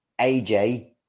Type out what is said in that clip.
AJ